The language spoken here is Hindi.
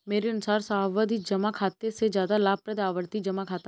मेरे अनुसार सावधि जमा खाते से ज्यादा लाभप्रद आवर्ती जमा खाता है